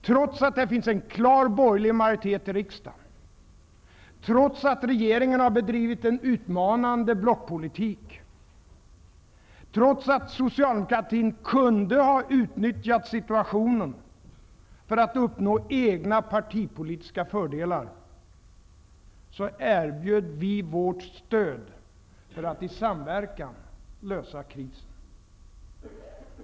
Trots att det finns en klar borgerlig majoritet i riksdagen, trots att regeringen har bedrivit en utmanande blockpolitik och trots att Socialdemokraterna kunde ha utnyttjat situationen för att uppnå egna partipolitiska fördelar erbjöd vi vårt stöd för att i samverkan lösa krisen.